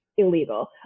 illegal